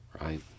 right